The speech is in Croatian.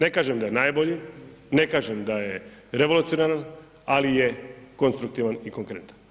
Ne kažem da je najbolji, ne kažem da je revolucionaran, ali je konstruktivan i konkretan.